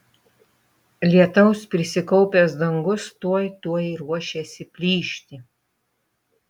lietaus prisikaupęs dangus tuoj tuoj ruošėsi plyšti